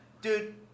dude